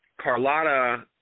Carlotta